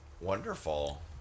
Wonderful